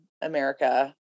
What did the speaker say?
America